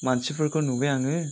मानसिफोरखौ नुबाय आङो